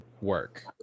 work